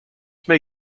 may